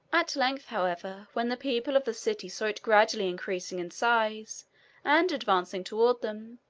at length, however, when the people of the city saw it gradually increasing in size and advancing toward them,